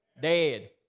dead